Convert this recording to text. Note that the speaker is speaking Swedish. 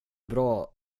bra